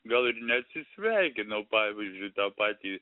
gal ir neatsisveikinau pavyzdžiui tą patį